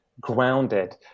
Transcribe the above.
grounded